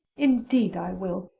indeed i will,